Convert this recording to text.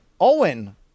Owen